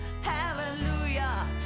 Hallelujah